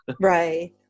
right